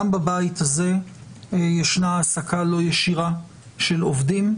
גם בבית הזה ישנה העסקה לא ישירה של עובדים,